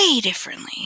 differently